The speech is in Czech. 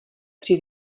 při